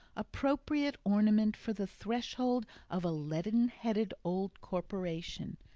appropriate ornament for the threshold of a leaden-headed old corporation,